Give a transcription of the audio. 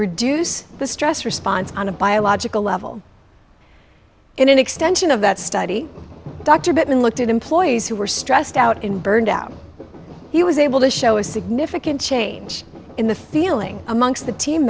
reduce the stress response on a biological level in an extension of that study dr bittman looked at employees who were stressed out and burned out he was able to show a significant change in the feeling amongst the team